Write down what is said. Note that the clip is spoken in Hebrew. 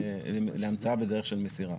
גם להמצאה בדרך של מסירה,